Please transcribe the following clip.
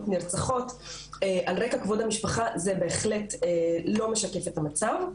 נרצחות על רקע כבוד המשפחה זה בהחלט לא משקף את המצב.